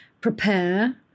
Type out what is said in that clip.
prepare